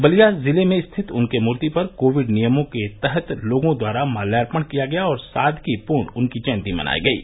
बलिया जिले में स्थित उनके मूर्ति पर कोविड नियमों के तहत लोगों द्वारा माल्यार्पण किया गया और सादगीपूर्ण उनकी जयंती मनाई गयी